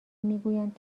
میگویند